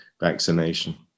vaccination